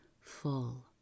full